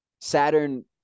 saturn